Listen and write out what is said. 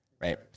right